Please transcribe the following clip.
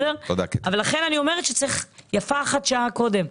לכן אני אומרת שיפה שעה אחת קודם.